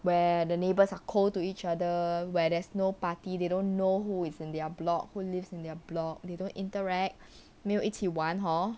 where the neighbours are cold to each other where there's no party they don't know who is in their block who lives in their block they don't interact 没有一起玩 hor